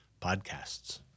podcasts